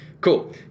Cool